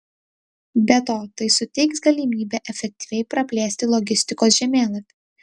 be to tai suteiks galimybę efektyviai praplėsti logistikos žemėlapį